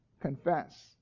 confess